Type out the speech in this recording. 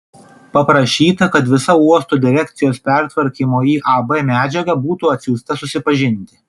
paprašyta kad visa uosto direkcijos pertvarkymo į ab medžiaga būtų atsiųsta susipažinti